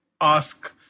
ask